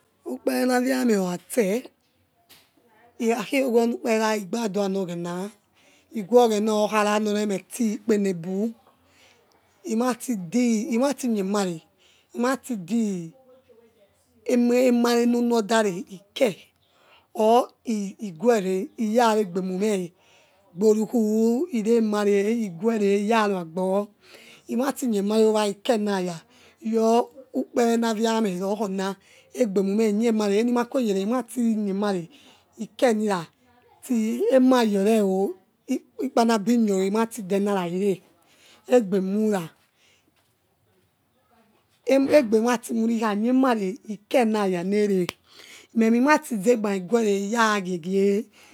Ukperenawea me okhaste ikha klowe onukperera igbandio n ghena iguoghena or khara nor remostiky enebu imati de imati niemuro matidi emare nu uno odare iko or iguwere iyarebe muma gbo ruku iremare iguere iyamagbo imabin emare owa ikenaya yor ukperena wia meh rokhona egbe mume inena are enimakue yere imati niemare ikemira tiemayor reo ikpanabinor irati denera ereh egbenura egbematimura ikhanie mare iko nihaya ere meme imatizema ighere iyagiegie